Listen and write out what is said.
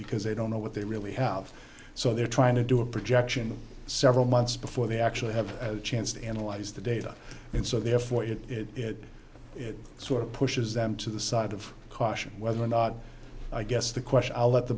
because they don't know what they really have so they're trying to do a projection several months before they actually have a chance to analyze the data and so therefore you know it sort of pushes them to the side of caution whether or not i guess the question i'll let the